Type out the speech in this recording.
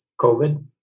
COVID